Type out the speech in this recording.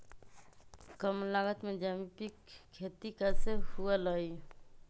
कम लागत में जैविक खेती कैसे हुआ लाई?